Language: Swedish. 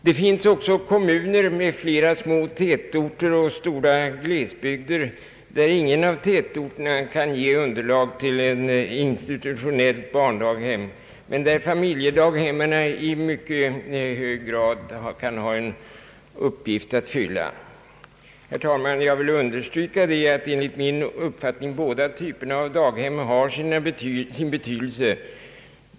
Det finns slutligen kommuner med flera små tätorter och stora glesbygder där ingen av tätorterna kan ge underlag för ett institutionellt barndaghem, men där familjedaghemmen i mycket hög grad kan ha en uppgift att fylla. Herr talman! Jag vill understryka att enligt min uppfattning båda typerna av daghem har sin betydelse.